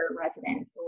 residents